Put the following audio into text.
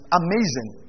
amazing